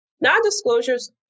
non-disclosures